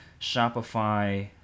Shopify